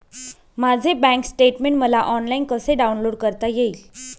माझे bank statement मला online कसे डाउनलोड करता येईल?